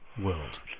world